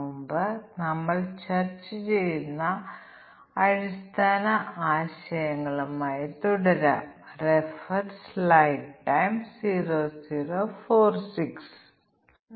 ഇപ്പോൾ നമുക്ക് മറ്റൊരു ബ്ലാക്ക് ബോക്സ് ടെസ്റ്റിംഗ് ടെക്നിക്കായ കോമ്പിനേറ്റോറിയൽ ടെസ്റ്റിംഗ് നോക്കാം